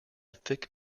thick